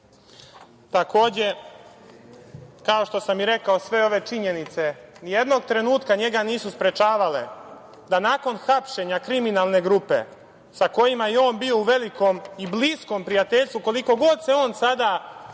opijata. Takođe, kao što sam i rekao, sve ove činjenice ni jednog trenutka njega nisu sprečavale da nakon hapšenja kriminalne grupe sa kojima je on bio u velikom i bliskom prijateljstvu, koliko god se on sada